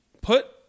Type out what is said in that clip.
put